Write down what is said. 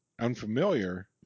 unfamiliar